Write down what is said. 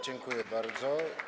Dziękuję bardzo.